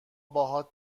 باهات